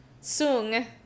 Sung